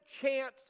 chance